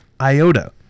iota